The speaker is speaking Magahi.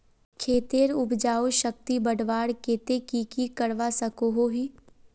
खेतेर उपजाऊ शक्ति बढ़वार केते की की करवा सकोहो ही?